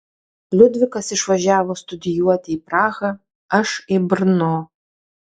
liudvikas išvažiavo studijuoti į prahą aš į brno